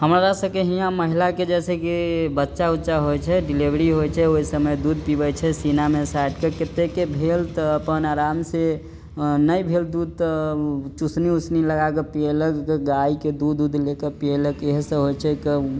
हमरा सबके हियाँ महिलाके जइसेकि बच्चा उच्चा होइ छै डिलीवरी होइ छै ओहि समयमे दूध पिबै छै कतेके भेल तऽ अपन आरामसँ नहि भेल दूध तऽ ओ चुसनी उसनी लगाके पीलक गाइके दूध उध पीलक इएहसब होइ छै